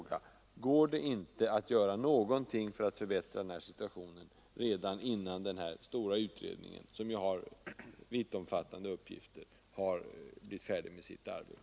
Går det inte att göra någonting för att förbättra deras situation redan innan denna stora utredning, som ju har vittomfattande uppgifter, blir färdig med sitt arbete?